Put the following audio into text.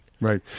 Right